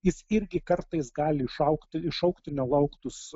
jis irgi kartais gali išaugti iššaukti nelauktus